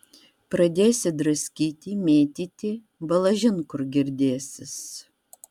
pradėsi draskyti mėtyti balažin kur girdėsis